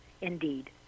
indeed